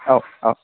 औ औ